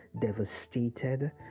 devastated